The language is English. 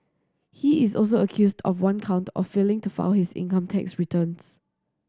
he is also accused of one count of failing to file his income tax returns